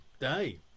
day